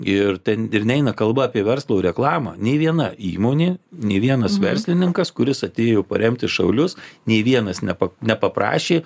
ir ten ir neina kalba apie verslo reklamą nei viena įmonė nei vienas verslininkas kuris atėjo paremti šaulius nei vienas nepa nepaprašė